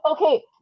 Okay